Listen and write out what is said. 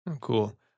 Cool